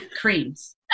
creams